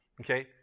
Okay